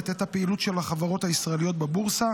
את הפעילות של החברות הישראליות בבורסה.